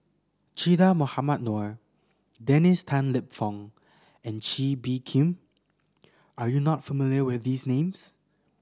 Che Dah Mohamed Noor Dennis Tan Lip Fong and Kee Bee Khim are you not familiar with these names